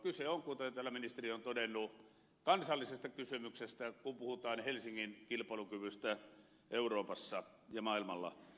kyse on kuten täällä ministeri on todennut kansallisesta kysymyksestä kun puhutaan helsingin kilpailukyvystä euroopassa ja maailmalla